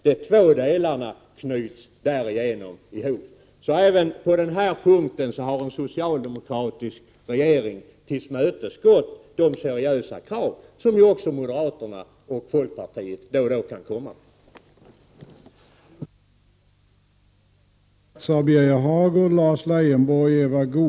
De två delarna knyts därigenom ihop.” Även på denna punkt har en socialdemokratisk regering tillmötesgått de seriösa krav som också moderaterna och folkpartiet då och då kan komma med.